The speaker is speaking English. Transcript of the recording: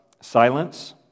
silence